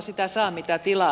sitä saa mitä tilaa